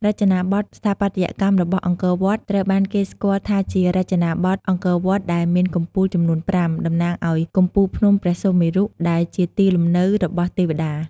រចនាបថស្ថាបត្យកម្មរបស់អង្គរវត្តត្រូវបានគេស្គាល់ថាជារចនាបថអង្គរវត្ត ដែលមានកំពូលចំនួនប្រាំ តំណាងឱ្យកំពូលភ្នំព្រះសុមេរុ ដែលជាទីលំនៅរបស់ទេវតា។